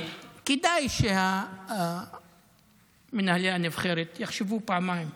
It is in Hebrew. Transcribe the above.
כדאי שמנהלי הנבחרת יחשבו פעמיים.